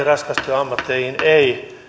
raskastyöammatteihin ei